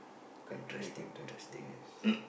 country I can tell yes